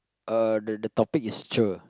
uh the topic is cher